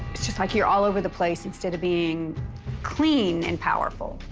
it's just like you're all over the place instead of being clean and powerful.